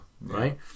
right